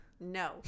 No